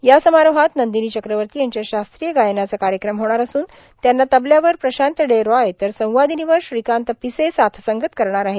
या समारोहात नंदिनी चक्रवर्ती यांच्या शास्त्रीय गायनाचा कार्यक्रम होणार असून त्यांना तबल्यावर प्रशांत डे रॉय तर संवादिनीवर श्रीकांत पिसे साथसंगत करणार आहेत